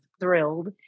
thrilled